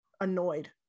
annoyed